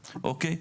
אוקיי?